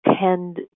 tend